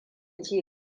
ci